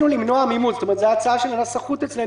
את הנושא הזה